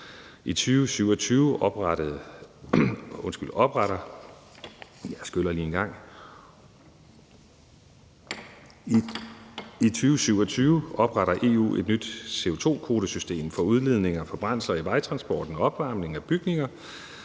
I 2027 opretter EU et nyt CO2-kvotesystem for udledninger af brændsler i vejtransporten og opvarmning af bygninger,